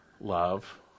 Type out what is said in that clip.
Love